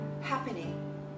happening